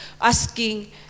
asking